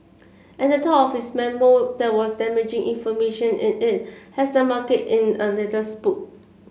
and the talk of this memo that was damaging information in it has the market in a little spooked